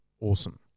awesome